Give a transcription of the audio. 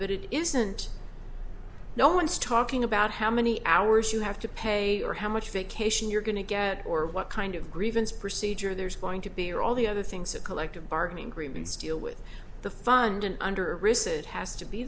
but it isn't no one's talking about how many hours you have to pay or how much vacation you're going to get or what kind of grievance procedure there's going to be or all the other things that collective bargaining agreements deal with the fund and under riseth has to be